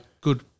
Good